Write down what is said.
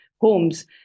homes